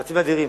מאמצים אדירים,